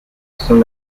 son